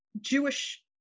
Jewish